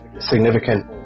significant